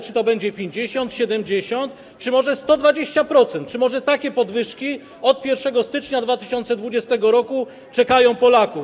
Czy to będzie 50, 70, czy może 120%, czy może takie podwyżki od 1 stycznia 2020 r. czekają Polaków?